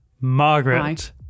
Margaret